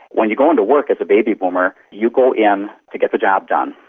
when you go into work as a baby boomer, you go in to get the job done.